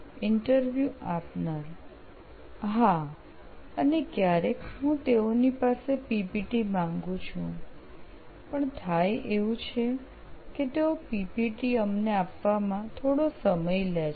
interview આપનાર હા અને ક્યારેક હું તેઓની પાસે પીપીટી માંગુ છું પણ થાય એવું છે કે તેઓ પીપીટી અમને આપવામાં થોડો સમય લે છે